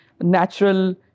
natural